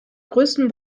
größten